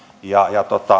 ja